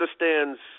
understands